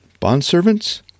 Bondservants